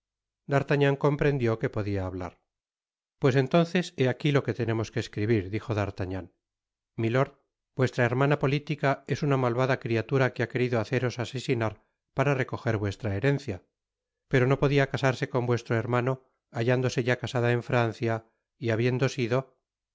d'artagnan comprendió qne podia hablar pues entonces he aqui lo que tenemos que escribir dijo d'artagnan milord vuestra hermana politica es una malvada criatura que ha querido haceros asesinar para recojer vuestra herencia pero no podia casarse con vuestro hermano hallándose ya casada en francia y habiendo sido